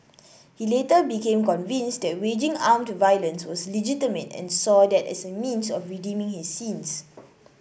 he later became convinced that waging armed violence was legitimate and saw that as a means of redeeming his sins